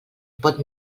pot